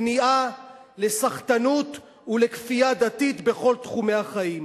כניעה לסחטנות ולכפייה דתית בכל תחומי החיים.